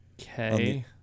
okay